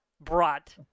brought